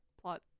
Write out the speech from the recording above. plot